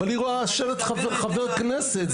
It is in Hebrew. אבל היא רואה שלט חבר כנסת,